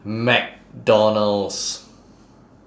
mcdonald's